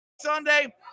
Sunday